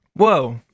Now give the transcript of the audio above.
whoa